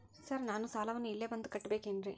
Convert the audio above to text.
Sir ನಾನು ಸಾಲವನ್ನು ಇಲ್ಲೇ ಬಂದು ಕಟ್ಟಬೇಕೇನ್ರಿ?